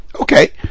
Okay